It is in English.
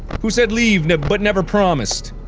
who said leave, but never promised?